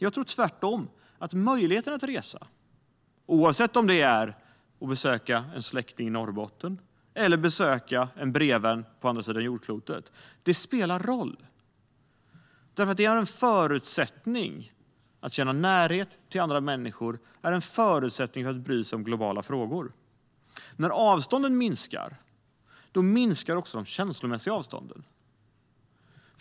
Jag tror tvärtom att möjligheten att resa - oavsett om det är för att besöka en släkting i Norrbotten eller för att besöka en brevvän på andra sidan jordklotet - spelar roll. Att känna närhet till andra människor är en förutsättning för att bry sig om globala frågor. När avstånden minskar minskar också de känslomässiga avstånden.